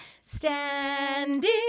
standing